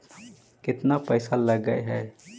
केतना पैसा लगय है?